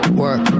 work